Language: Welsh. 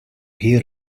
hir